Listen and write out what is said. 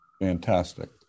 Fantastic